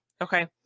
okay